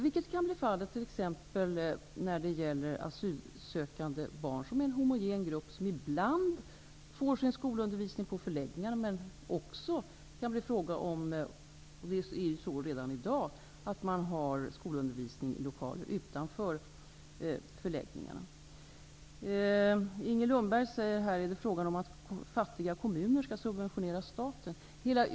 Det kan t.ex. bli fallet när det gäller asylsökande barn. Det är en homogen grupp som ibland får sin skolundervisning på förläggningarna, men det kan också bli fråga om att ha skolundervisning i lokaler utanför förläggningarna. Så är det ju redan i dag. Inger Lundberg undrar om det är frågan om att fattiga kommuner skall subventionera staten.